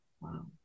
Wow